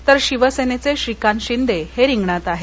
तर शिवसेनेचे श्रीकांत शिंदे हे रिंगणात आहेत